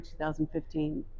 2015